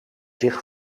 zich